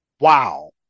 Wow